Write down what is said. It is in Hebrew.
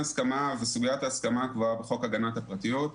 סוגיית ההסכמה קבועה בחוק הגנת הפרטיות,